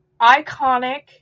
iconic